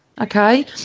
Okay